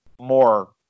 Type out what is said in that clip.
more